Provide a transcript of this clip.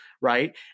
Right